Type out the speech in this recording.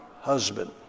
husband